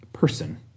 Person